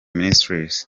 ministries